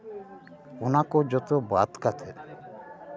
ᱚᱱᱟ ᱠᱚ ᱡᱚᱛᱚ ᱵᱟᱫ ᱠᱟᱛᱮᱫ